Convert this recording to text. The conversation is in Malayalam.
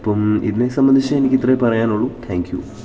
അപ്പോള് ഇതിനെ സംബന്ധിച്ച് എനിക്ക് ഇത്രയേ പറയാനുള്ളൂ താങ്ക്യു